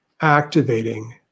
activating